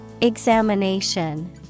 Examination